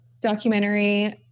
documentary